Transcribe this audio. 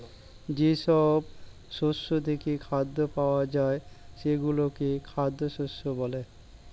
যেসব শস্য থেকে খাদ্য পাওয়া যায় সেগুলোকে খাদ্য শস্য বলে